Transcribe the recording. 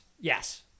yes